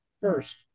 first